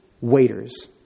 waiters